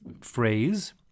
phrase